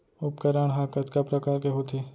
उपकरण हा कतका प्रकार के होथे?